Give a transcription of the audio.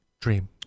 dream